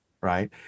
right